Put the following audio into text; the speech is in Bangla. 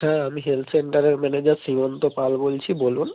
হ্যাঁ আমি হেলথ সেন্টারের ম্যানেজার শ্রীমন্ত পাল বলছি বলুন